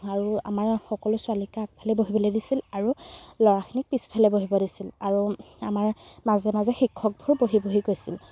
আৰু আমাৰ সকলো ছোৱালীকে আগফালে বহিবলৈ দিছিল আৰু ল'ৰাখিনিক পিছফালে বহিব দিছিল আৰু আমাৰ মাজে মাজে শিক্ষকবোৰ বহি বহি গৈছিল